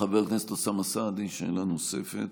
חבר הכנסת אוסאמה סעדי, שאלה נוספת.